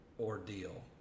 ordeal